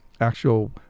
actual